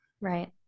Right